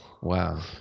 Wow